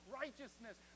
righteousness